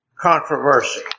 Controversy